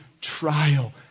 trial